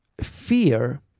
fear